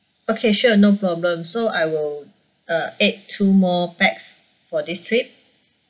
okay sure no problem so I will uh add two more pax for this trip